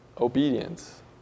obedience